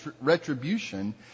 retribution